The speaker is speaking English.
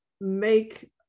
make